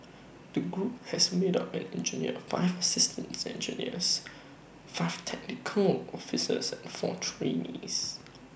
the group has made up an engineer five assistant engineers five technical officers and four trainees